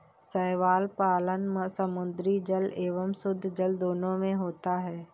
शैवाल पालन समुद्री जल एवं शुद्धजल दोनों में होता है